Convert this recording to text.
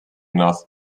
enough